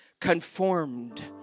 Conformed